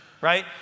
right